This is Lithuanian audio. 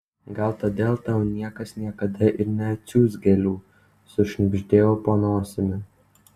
gal todėl tau niekas niekada ir neatsiųs gėlių sušnibždėjau po nosim